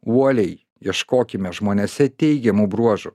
uoliai ieškokime žmonėse teigiamų bruožų